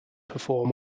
perform